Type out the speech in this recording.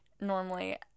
normally